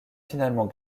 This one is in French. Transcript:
finalement